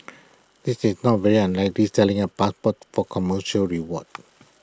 this is not very unlikely selling A passport for commercial reward